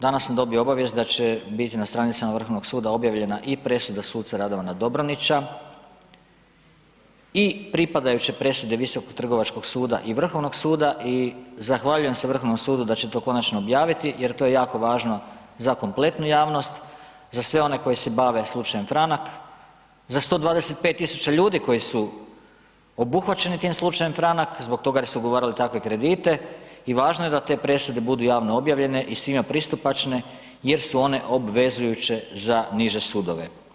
Danas sam dobio obavijest da će biti na stranicama Vrhovnog suda objavljena i presuda suca Radovana Dobronića i pripadajuće presude Visokog trgovačkog suda i Vrhovnog suda i zahvaljujem se Vrhovnom sudu da će to konačno objaviti jer to je jako važno za kompletnu javnost za sve one koji se bave slučajem Franak, za 125.000 ljudi koji su obuhvaćeni tim slučajem Franak zbog toga jer su ugovarali takve kredite i važno je da te presude budu javno objavljene i svima pristupačne jer su one obvezujuće za niže sudove.